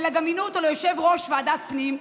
אלא גם מינו אותו ליושב-ראש ועדת פנים,